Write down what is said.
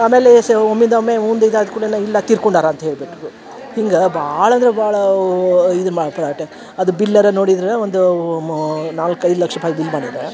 ಆಮೇಲೆ ಸೆ ಒಮ್ಮಿಂದ ಒಮ್ಮೆ ಉಂಡು ಇದಾದ ಕೂಡಲೆನ ಇಲ್ಲ ತೀರ್ಕೊಂಡಾರ ಅಂತ ಹೇಳ್ಬಿಟ್ಟರು ಹಿಂಗೆ ಭಾಳ್ ಅಂದ್ರ ಭಾಳಾ ಅವು ಇದನ್ನ ಮಾಡ್ತಾರೆ ಅಟೆ ಅದು ಬಿಲ್ಲರ ನೋಡಿದ್ರ ಒಂದು ಮೂ ನಾಲ್ಕು ಐದು ಲಕ್ಷ ರೂಪಾಯಿ ಬಿಲ್ ಮಾಡಿದ್ರ